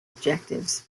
objectives